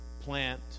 plant